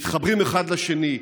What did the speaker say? מתחברים אחד לשני,